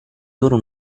loro